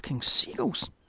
Seagulls